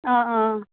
অঁ অঁ